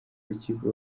rukiko